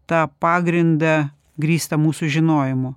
tą pagrindą grįstą mūsų žinojimu